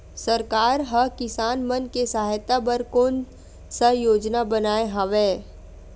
सरकार हा किसान मन के सहायता बर कोन सा योजना बनाए हवाये?